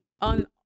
on